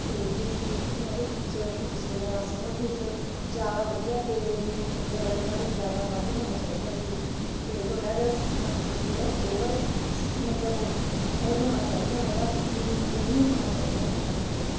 ਅਤੇ ਜਿਵੇਂ ਕਿ ਉਹਦੇ ਵਿੱਚ ਫਰੂਟਸ ਵਗੈਰਾ ਸਾਰਾ ਕੁਛ ਜ਼ਿਆਦਾ ਵਧੀਆ ਅਤੇ ਮਿਲਕ ਵਗੈਰਾ ਥੋੜ੍ਹਾ ਜਿਹਾ ਜ਼ਿਆਦਾ ਵੱਧ ਹੋਣਾ ਚਾਹੀਦਾ ਉਹਦੇ ਵਿੱਚ ਅਤੇ ਥੋੜ੍ਹਾ ਜਿਹਾ ਮਤਲਬ ਕਿ ਉਹਦਾ ਫਲੇਵਰ ਸ ਮਤਲਬ ਉਹ ਉਹ ਹੋਣਾ ਚਾਹੀਦਾ ਹੈਗਾ ਕਿ ਯੰਮੀ ਹੋਣਾ ਚਾਹੀਦਾ ਹੈਗਾ ਉਹ ਪੂਰਾ